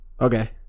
Okay